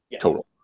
total